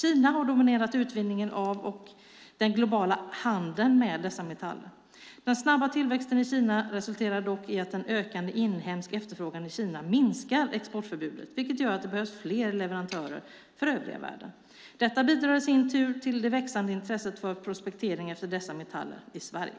Kina har dominerat utvinningen av och den globala handeln med dessa metaller. Den snabba tillväxten i Kina resulterar dock i att en ökande inhemsk efterfrågan i Kina minskar exportutbudet, vilket gör att det behövs fler leverantörer för övriga världen. Detta bidrar i sin tur till det växande intresset för prospektering efter dessa metaller i Sverige.